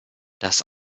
das